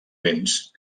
vents